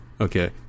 okay